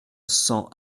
cent